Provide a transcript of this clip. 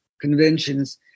conventions